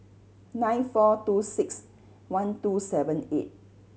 nine four two six one two seven eight